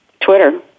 Twitter